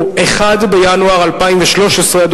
הוא 1 בינואר 2013,